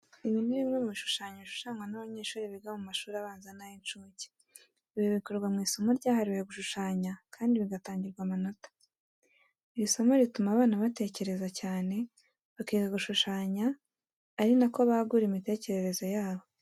Ibi ni bimwe mu bishushanye bishushanywa n'abanyeshuri biga mu mashuri abanza n'ay'incuke. Ibi bikorwa mu isomo ryahariwe gushushanya kandi bigatangirwa amanota. Iri somo rituma abana batekereza cyane, bakiga gishushanya ari na ko bagura imitekerereze yabo.